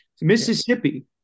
Mississippi